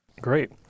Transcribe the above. Great